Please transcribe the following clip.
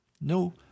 No